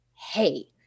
hey